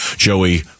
Joey